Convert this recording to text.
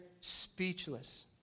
speechless